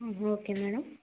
okay madam